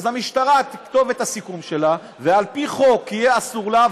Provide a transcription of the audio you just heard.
אז המשטרה תכתוב את הסיכום שלה ועל פי חוק יהיה אסור לה,